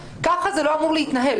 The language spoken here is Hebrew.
ככה זה לא אמור להתנהל.